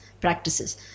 practices